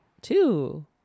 two